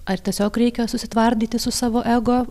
ar tiesiog reikia susitvardyti su savo ego